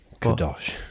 Kadosh